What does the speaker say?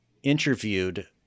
interviewed